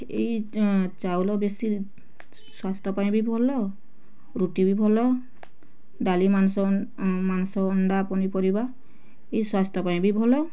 ଏଇ ଚାଉଳ ବେଶୀ ସ୍ୱାସ୍ଥ୍ୟ ପାଇଁ ବି ଭଲ ରୁଟି ବି ଭଲ ଡାଲି ମାଂସ ମାଂସ ଅଣ୍ଡା ପନିପରିବା ଏ ସ୍ୱାସ୍ଥ୍ୟ ପାଇଁ ବି ଭଲ